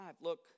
Look